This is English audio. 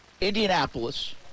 Indianapolis